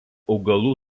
augalų